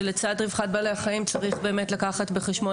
שלצד רווחת בעלי החיים צריך לקחת בחשבון